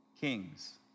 kings